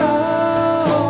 oh